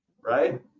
right